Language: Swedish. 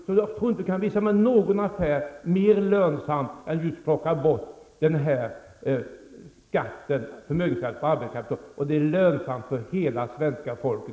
Jag tror inte att Lars Bäckström kan påvisa en mer lönsam affär än just borttagandet av förmögenhetsskatten på arbetande kapital. Jag lovar att det är lönsamt för hela svenska folket.